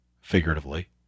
figuratively